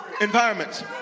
environments